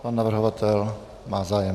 Pan navrhovatel má zájem.